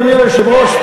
אדוני היושב-ראש,